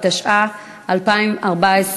התשע"ה 2014,